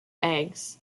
eggs